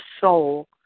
soul